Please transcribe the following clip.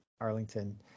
Arlington